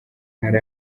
ntara